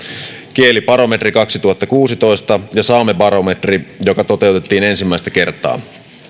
kielibarometri kaksituhattakuusitoista ja saamebarometri joka toteutettiin ensimmäistä kertaa